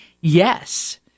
yes